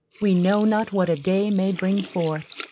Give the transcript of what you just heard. we know not what a day may bring forth.